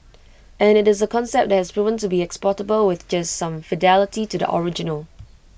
and IT is A concept that has proven to be exportable with just some fidelity to the original